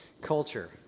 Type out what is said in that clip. culture